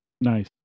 Nice